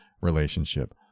relationship